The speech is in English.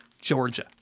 Georgia